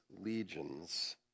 legions